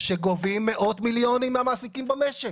שגובים מאות מיליונים מהמעסיקים במשק.